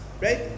right